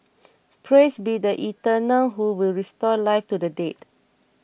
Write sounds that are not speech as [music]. [noise] praise be the eternal who will restore life to the dead